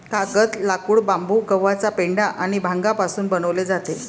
कागद, लाकूड, बांबू, गव्हाचा पेंढा आणि भांगापासून बनवले जातो